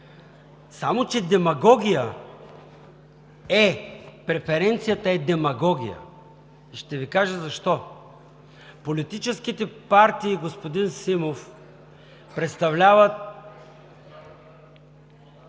само че демагогия е! Преференцията е демагогия и ще Ви кажа защо. Политическите партии, господин Симов, представляват